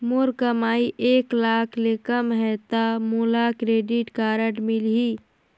मोर कमाई एक लाख ले कम है ता मोला क्रेडिट कारड मिल ही?